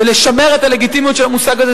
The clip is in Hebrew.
ולשמר את הלגיטימיות של המושג הזה,